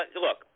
look